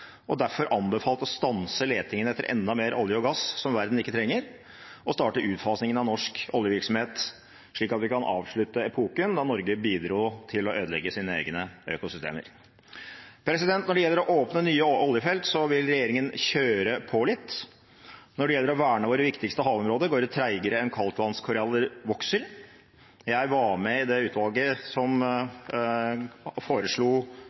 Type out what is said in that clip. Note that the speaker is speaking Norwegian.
og derfor anbefalt å stanse letingen etter enda mer olje og gass, som verden ikke trenger, og starte utfasingen av norsk oljevirksomhet, slik at vi kan avslutte epoken da Norge bidro til å ødelegge sine egne økosystemer. Når det gjelder å åpne nye oljefelt, vil regjeringen kjøre litt på. Når det gjelder å verne våre viktigste havområder, går det tregere enn kaldtvannskoraller vokser. Jeg var med i det utvalget som foreslo